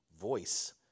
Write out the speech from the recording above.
voice